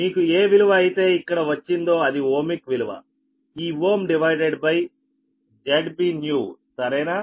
మీకు ఏ విలువ అయితే ఇక్కడ వచ్చిందో అది ఓమిక్ విలువఈ ఓమ్ డివైడెడ్ బై ZBnew సరేనా